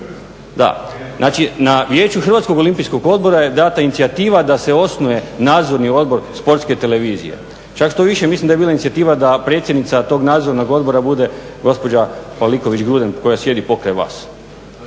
Da. Znači na Vijeću Hrvatskog olimpijskog odbora je dana inicijativa da se osnuje nadzorni odbor Sportske televizije. Čak štoviše, mislim da je bila inicijativa da predsjednica tog nadzornog odbora bude gospođa Pavliković Gruden koja sjedi pokraj vas.